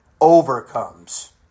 overcomes